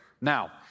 Now